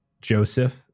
Joseph